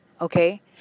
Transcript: okay